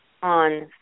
on